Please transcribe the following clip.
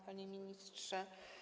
Panie Ministrze!